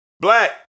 Black